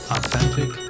Authentic